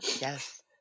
Yes